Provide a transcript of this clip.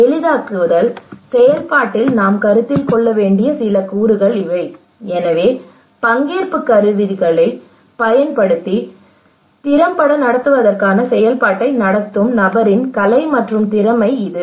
எளிதாக்குதல் செயல்பாட்டில் நாம் கருத்தில் கொள்ள வேண்டிய சில கூறுகள் இவை எனவே பங்கேற்பு கருவிகளைப் பயன்படுத்தி திறம்பட நடத்துவதற்கான செயல்பாட்டை நடத்தும் நபரின் கலை மற்றும் திறமை இது